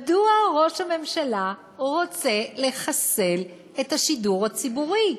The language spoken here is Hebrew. מדוע ראש הממשלה רוצה לחסל את השידור הציבורי?